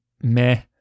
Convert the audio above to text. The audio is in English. meh